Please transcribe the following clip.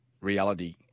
reality